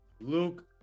luke